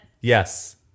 Yes